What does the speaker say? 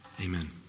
Amen